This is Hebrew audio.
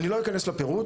אני לא אכנס לפירוט,